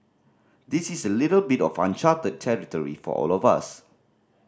this is a little bit of uncharted territory for all of us